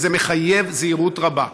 וזה מחייב זהירות רבה.